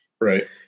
right